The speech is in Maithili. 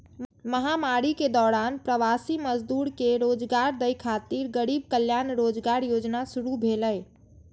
महामारी के दौरान प्रवासी मजदूर कें रोजगार दै खातिर गरीब कल्याण रोजगार योजना शुरू भेलै